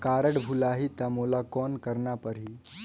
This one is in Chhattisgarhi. कारड भुलाही ता मोला कौन करना परही?